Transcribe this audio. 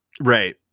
Right